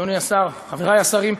אדוני השר, חברי השרים,